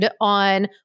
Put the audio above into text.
on